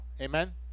amen